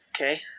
Okay